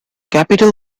capital